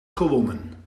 gewonnen